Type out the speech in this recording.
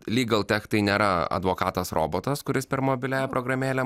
lygltech tai nėra advokatas robotas kuris per mobiliąją programėlę